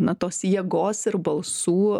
na tos jėgos ir balsų